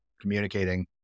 communicating